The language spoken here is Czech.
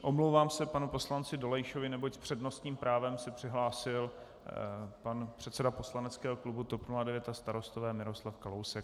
Omlouvám se panu poslanci Dolejšovi, neboť s přednostním právem se přihlásil pan předseda poslaneckého klubu TOP 09 a Starostové Miroslav Kalousek.